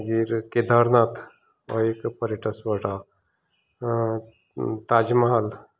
मागीर केदारनाथ हो एक पर्यटक स्थळ आसा ताज महाल